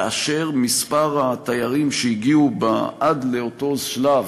ומספר התיירים שהגיעו עד לאותו שלב,